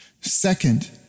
Second